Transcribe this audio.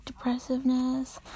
depressiveness